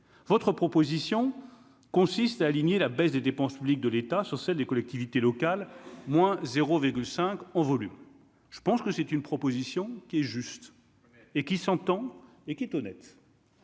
votre proposition consiste à aligner la baisse des dépenses publiques de l'État sur celle des collectivités locales, moins 0 virgule cinq en volume, je pense que c'est une proposition qui est juste et qui s'entend, et qui est honnête.